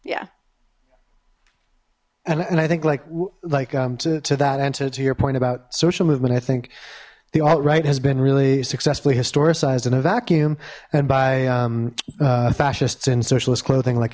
yeah and i think like like to that answer to your point about social movement i think the alt right has been really successfully historicized in a vacuum and by fascists in socialist clothing like